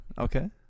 Okay